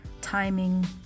timing